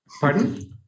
Pardon